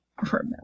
remember